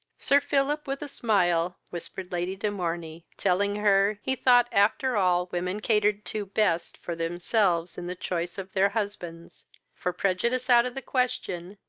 sir philip, with a smile, whispered lady de morney, telling her, he thought after all women catered to best for themselves in the choice of their husbands for, prejudice out of the question,